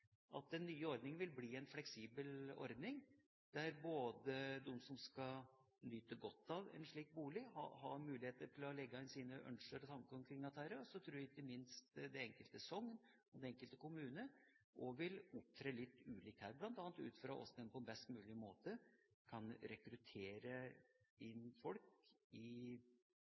at den nye ordninga vil bli en fleksibel ordning, der de som skal nyte godt av en slik bolig, har muligheter til å legge inn sine ønsker og tanker omkring dette. Så tror jeg ikke minst det enkelte sogn og den enkelte kommune også vil opptre litt ulikt her, bl.a. ut fra hvordan en på best mulig måte kan rekruttere folk til prestestillinger, og ut fra hensynet til hvordan en i